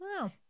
wow